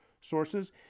sources